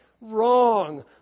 Wrong